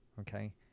Okay